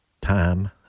time